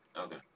okay